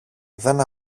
δεν